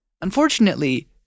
unfortunately